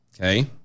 Okay